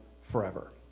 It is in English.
forever